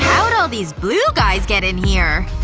how'd all these blue guys get in here?